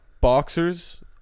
Boxers